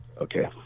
okay